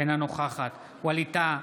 אינה נוכחת ווליד טאהא,